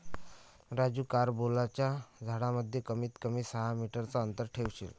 राजू कारंबोलाच्या झाडांमध्ये कमीत कमी सहा मीटर चा अंतर ठेवशील